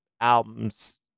albums